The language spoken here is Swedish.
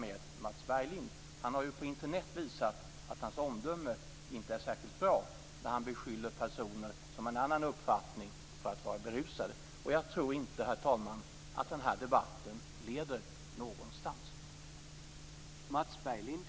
Mats Berglind har ju på Internet visat att hans omdöme inte är särskilt bra, när han beskyller personer som har en annan uppfattning för att vara berusade. Jag tror inte att den här debatten leder någonstans, herr talman.